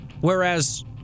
whereas